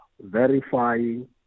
verifying